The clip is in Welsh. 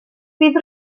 bydd